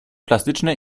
plastyczne